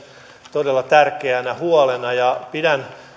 todella tärkeänä huolena pidän